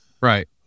Right